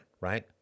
right